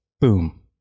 boom